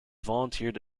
volunteered